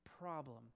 problem